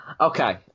Okay